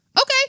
Okay